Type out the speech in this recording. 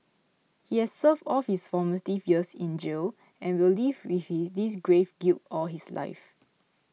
he has served all his formative years in jail and will live with this grave guilt all his life